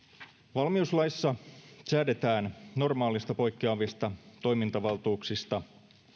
valmiuslaissa säädetään normaalista poikkeavista toimintavaltuuksista